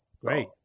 Great